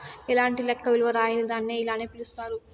ఎలాంటి లెక్క విలువ రాయని దాన్ని ఇలానే పిలుత్తారు